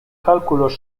cálculos